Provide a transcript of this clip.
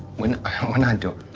when when i do.